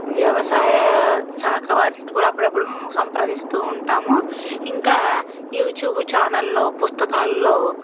వ్యవసాయ శాఖ వారిని కూడా అప్పుడప్పుడు సంప్రదిస్తూ ఉంటాము ఇంకా యూట్యూబ్ ఛానల్లో పుస్తకాలలో